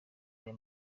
aya